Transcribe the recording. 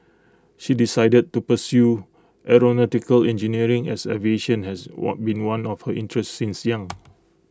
she decided to pursue aeronautical engineering as aviation has what been one of her interests since young